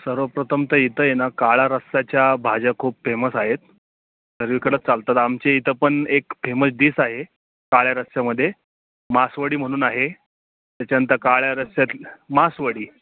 सर्वप्रथम तर इथं आहे ना काळ रस्साच्या भाज्या खूप फेमस आहेत सर्वेकडं चालतात आमचे इथं पण एक फेमस डिस आहे काळ्या रस्स्यामध्ये मासवडी म्हणून आहे त्याच्यानंतर काळ्या रस्स्यात ल् मासवडी